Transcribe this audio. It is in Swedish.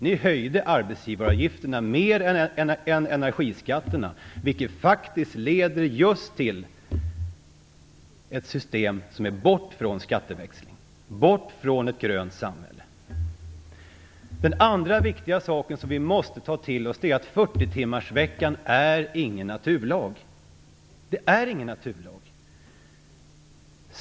Man höjde arbetsgivaravgifterna mer än energiskatterna, vilket leder just till ett system bort från skatteväxling, bort från ett grönt samhälle. Den andra viktiga saken som vi måste ta till oss är att 40-timmarsveckan inte är någon naturlag.